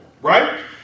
Right